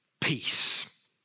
peace